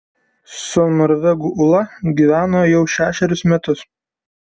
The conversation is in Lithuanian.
su norvegu ūla gyveno jau šešerius metus